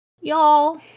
Y'all